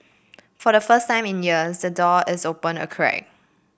for the first time in years the door is open a crack